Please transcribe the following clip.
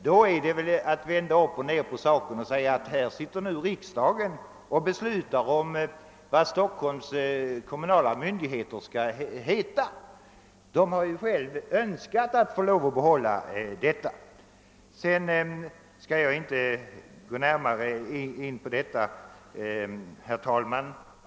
Då är det väl ändå att vända upp och ned på saken att säga att riksdagen sitter här och beslutar om vad Stockholms kommunala myndigheter skall heta. Stockholms stad har själv önskat att få lov att behålla dessa beteckningar. Jag skall inte gå närmare in på detta, herr talman.